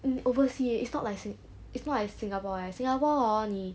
mm overseas eh it's not like sing~ it's not like singapore eh and singapore hor 你